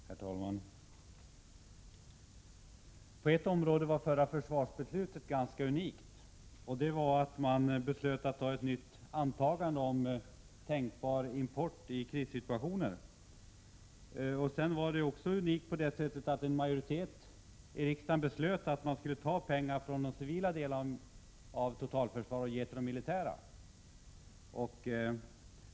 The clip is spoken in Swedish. Herr talman! På ett område var det förra försvarsbeslutet unikt, nämligen så till vida att man beslöt göra ett nytt antagande om tänkbar import i krissituationer. Det var unikt också på det sättet att en majoritet i riksdagen beslöt att man skulle ta pengar från de civila delarna av totalförsvaret och ge till de militära.